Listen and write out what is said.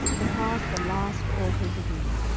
to pass the last awful degree.